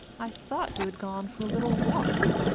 i thought you had gone for a little walk.